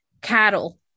cattle